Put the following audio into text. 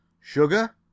Sugar